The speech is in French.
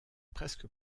presque